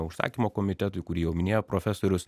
užsakymo komitetui kurį jau minėjo profesorius